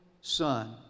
son